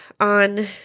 on